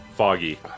Foggy